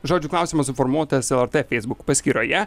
žodžiu klausimas suformuotas lrt facebook paskyroje